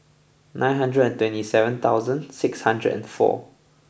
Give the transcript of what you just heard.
nine hundred and twenty seven thousand six hundred and four